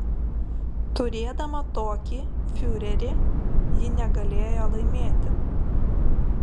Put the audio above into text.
turėdama tokį fiurerį ji negalėjo laimėti